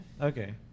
Okay